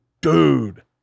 Dude